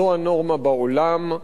זו הנורמה בעולם,